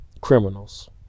criminals